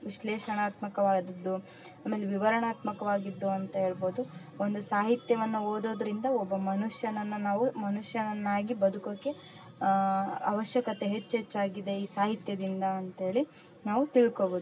ವಿಶ್ಲೇಷಣಾತ್ಮಕವಾದದ್ದು ಆಮೇಲೆ ವಿವರಣಾತ್ಮಕವಾಗಿದ್ದು ಅಂತ ಹೇಳ್ಬೋದು ಒಂದು ಸಾಹಿತ್ಯವನ್ನು ಓದೋದರಿಂದ ಒಬ್ಬ ಮನುಷ್ಯನನ್ನು ನಾವು ಮನುಷ್ಯನನ್ನಾಗಿ ಬದುಕೋಕೆ ಆವಶ್ಯಕತೆ ಹೆಚ್ಚು ಹೆಚ್ಚಾಗಿದೆ ಈ ಸಾಹಿತ್ಯದಿಂದ ಅಂತ್ಹೇಳಿ ನಾವು ತಿಳ್ಕೋಬೋದು